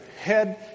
Head